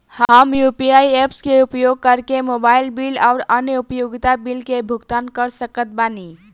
हम UPI apps के उपयोग करके मोबाइल बिल आउर अन्य उपयोगिता बिलन के भुगतान कर सकत बानी